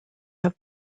have